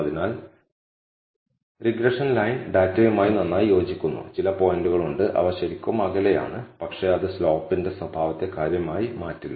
അതിനാൽ ഗ്രഷൻ ലൈൻ ഡാറ്റയുമായി നന്നായി യോജിക്കുന്നു ചില പോയിന്റുകൾ ഉണ്ട് അവ ശരിക്കും അകലെയാണ് പക്ഷേ അത് സ്ലോപ്പിന്റെ സ്വഭാവത്തെ കാര്യമായി മാറ്റില്ല